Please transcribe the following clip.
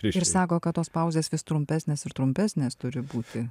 ir sako kad tos pauzės vis trumpesnės ir trumpesnės turi būti